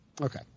Okay